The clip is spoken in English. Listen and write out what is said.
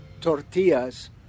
tortillas